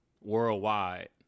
worldwide